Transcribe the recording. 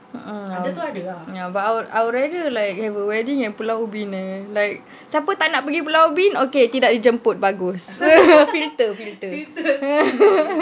ya but I would I would rather have like a wedding at pulau ubin eh like siapa tak nak pergi pulau ubin okay tidak dijemput bagus filter filter